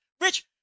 Rich